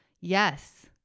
Yes